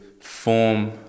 form –